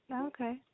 Okay